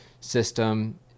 system